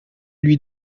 lui